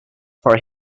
for